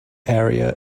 area